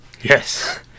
yes